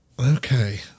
Okay